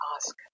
ask